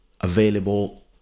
available